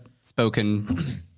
spoken